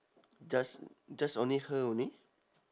just just only her only